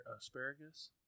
asparagus